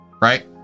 right